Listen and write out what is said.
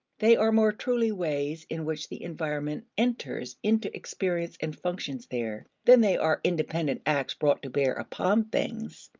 they are more truly ways in which the environment enters into experience and functions there than they are independent acts brought to bear upon things.